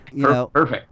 Perfect